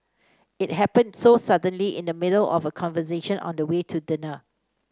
it happened so suddenly in the middle of a conversation on the way to dinner